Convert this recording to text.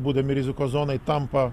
būdami rizikos zonoj tampa